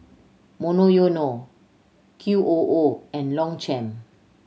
Monoyono Q O O and Longchamp